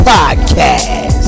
Podcast